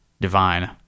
Divine